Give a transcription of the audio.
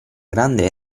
grande